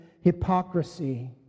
hypocrisy